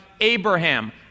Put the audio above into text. Abraham